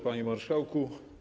Panie Marszałku!